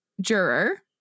juror